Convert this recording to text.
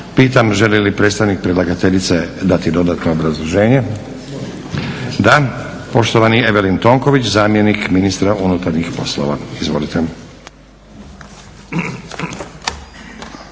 Pitam, želi li predstavnik predlagateljice dati dodatno obrazloženje? Da. Poštovani Evelin Tonković, zamjenik ministra unutarnjih poslova. Izvolite.